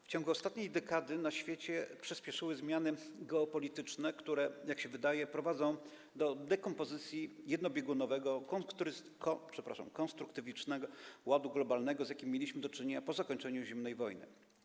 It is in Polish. W ciągu ostatniej dekady na świecie przyspieszyły zmiany geopolityczne, które, jak się wydaje, prowadzą do dekompozycji jednobiegunowego, konstruktywistycznego ładu globalnego, z jakim mieliśmy do czynienia po zakończeniu zimnej wojny.